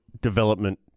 development